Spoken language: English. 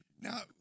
Now